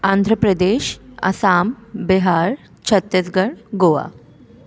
Andhra Pradesh Assam Bihar Chhattisgarh Goa